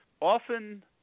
Often